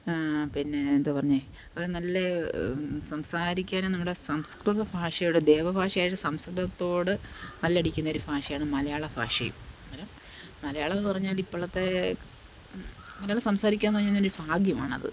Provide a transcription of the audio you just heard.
പിന്നെ എന്തുവാ പറഞ്ഞത് അവരെ നല്ല സംസാരിക്കാനും നമ്മുടെ സംസ്കൃത ഭാഷയുടെ ദേവഭാഷയായിട്ട് സംസ്കൃതത്തോട് മല്ലടിക്കുന്ന ഒരു ഭാഷയാണ് മലയാള ഭാഷയും അന്നേരം മലയാളമെന്ന് പറഞ്ഞാല് ഇപ്പളത്തേ മലയാളം സംസാരിക്കുക എന്ന് പറഞ്ഞുകഴിഞ്ഞാലൊരു ഭാഗ്യമാണത്